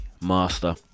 master